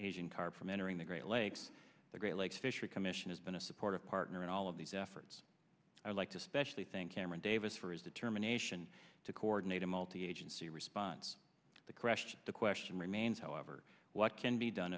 asian carp from entering the great lakes the great lakes fishery commission has been a supportive partner in all of these efforts i liked especially think cameron davis for his determination to coordinate a multi agency response to the crash the question remains however what can be done